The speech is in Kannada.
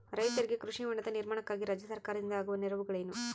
ರೈತರಿಗೆ ಕೃಷಿ ಹೊಂಡದ ನಿರ್ಮಾಣಕ್ಕಾಗಿ ರಾಜ್ಯ ಸರ್ಕಾರದಿಂದ ಆಗುವ ನೆರವುಗಳೇನು?